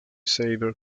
savior